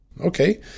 Okay